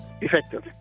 effective